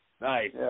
Nice